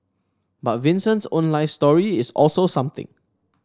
but Vincent's own life story is also something